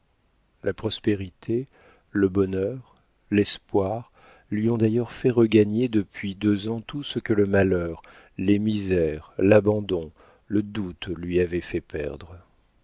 la prospérité le bonheur l'espoir lui ont d'ailleurs fait regagner depuis deux ans tout ce que le malheur les misères l'abandon le doute lui avaient fait perdre